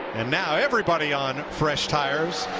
and now, everybody on fresh tires.